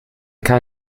kann